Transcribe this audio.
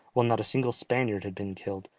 while not a single spaniard had been killed,